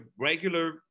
regular